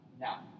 now